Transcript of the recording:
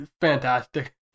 fantastic